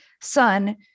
son